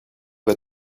vas